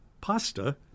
pasta